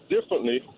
differently